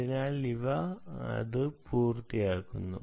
അതിനാൽ ഇപ്പോൾ ഇത് പൂർത്തിയാക്കുന്നു